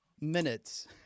minutes